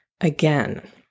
again